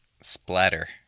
splatter